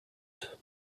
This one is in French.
août